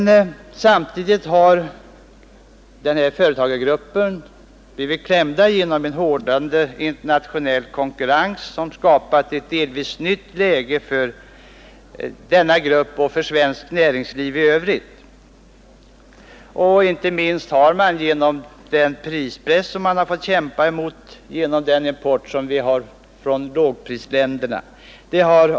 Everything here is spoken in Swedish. Samtidigt har denna företagargrupp och svenskt näringsliv i övrigt blivit klämda genom en hårdnande internationell konkurrens. Detta har skapat ett delvis nytt läge för svenskt näringsliv. Inte minst gäller detta många mindre och medelstora företag, som har att kämpa med en besvärande import från lågprisländer.